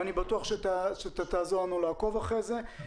ואני בטוח שאתה תעזור לנו לעקוב אחרי זה.